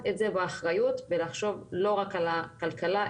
את זה באחריות ולחשוב לא רק על הכלכלה,